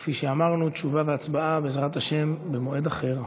כפי שאמרנו, תשובה והצבעה, בעזרת השם, במועד אחר.